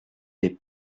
les